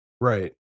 Right